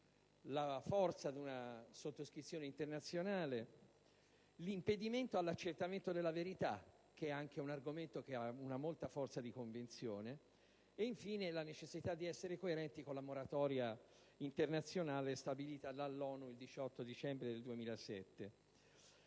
nella forza di una sottoscrizione internazionale, nell'impedimento all'accertamento della verità - un argomento che ha una notevole forza di persuasione - e, infine, nella necessità di essere coerenti con la moratoria internazionale stabilita dall'ONU il 18 dicembre 2007.